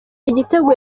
igitego